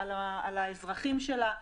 על האזרחים שלה.